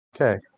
Okay